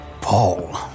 Paul